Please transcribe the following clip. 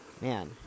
Man